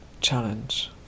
challenge